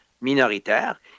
minoritaire